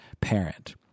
parent